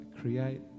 create